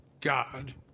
God